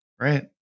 right